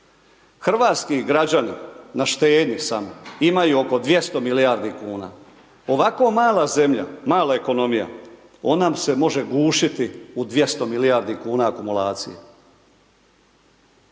Hrvatski građani na štednji samo imaju oko 200 milijardi kuna, ovako mala zemlja, mala ekonomija, ona nam se može gušiti u 200 milijardi kuna akumulacije.